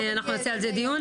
ואנחנו נעשה על זה דיון.